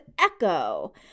echo